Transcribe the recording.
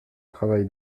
travail